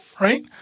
right